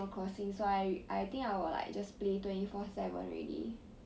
okay lah I think is like quite a worthwhile investment lor cause